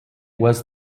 was